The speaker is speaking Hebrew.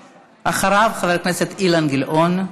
אחריו, חבר הכנסת אילן גילאון.